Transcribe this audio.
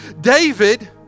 David